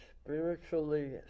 spiritually